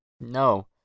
No